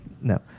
No